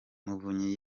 muvunyi